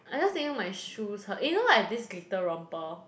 I just thinking my shoes hurt you know I have this glitter romper